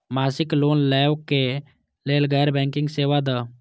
मासिक लोन लैवा कै लैल गैर बैंकिंग सेवा द?